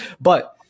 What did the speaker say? But-